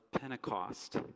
Pentecost